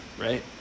Right